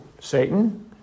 Satan